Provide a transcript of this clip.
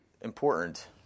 important